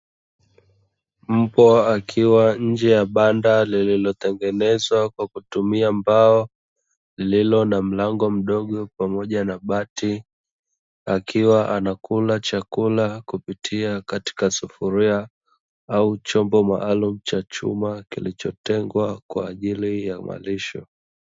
Mbwa akiwa nje ya banda lililotengenezwa kwa kutumia mbao lililo na mlango mdogo pamoja na bati, akiwa anakula chakula kupitia katika sufuria au chombo maalumu cha chuma kinachotegwa kwa ajili ya malisho.